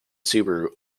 subaru